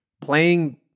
playing